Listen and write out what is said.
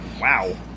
Wow